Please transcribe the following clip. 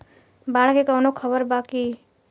बाढ़ के कवनों खबर बा की?